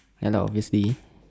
ya lah obviously